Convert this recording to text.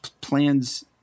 plans